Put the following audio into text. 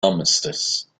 armistice